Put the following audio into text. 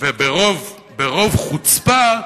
וברוב חוצפה,